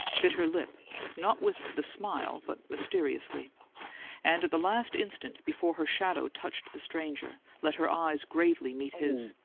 bit her lip not with the smile, but mysteriously and at the last instant before her shadow touched the stranger, let her eyes gravely meet his.